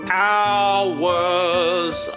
hours